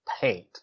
paint